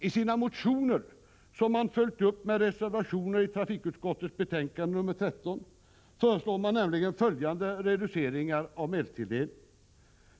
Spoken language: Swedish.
I sina motioner, som man följt upp med reservationer till trafikutskottets betänkande nr 13, föreslår man nämligen följande reduceringar av medelstilldelningen.